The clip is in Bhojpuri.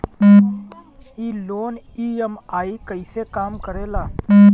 ई लोन ई.एम.आई कईसे काम करेला?